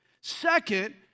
Second